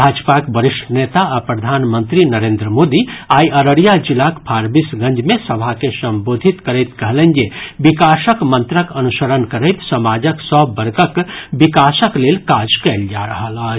भाजपाक वरिष्ठ नेता आ प्रधानमंत्री नरेन्द्र मोदी आइ अररिया जिलाक फारबिसगंज मे सभा के संबोधित करैत कहलनि जे विकासक मंत्रक अनुसरण करैत समाजक सभ वर्गक विकासक लेल काज कयल जा रहल अछि